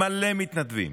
מלא מתנדבים